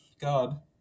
god